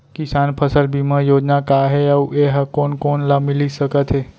किसान फसल बीमा योजना का हे अऊ ए हा कोन कोन ला मिलिस सकत हे?